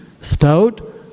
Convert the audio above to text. stout